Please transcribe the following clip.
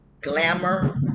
glamour